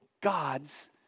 God's